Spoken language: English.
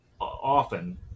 often